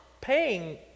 paying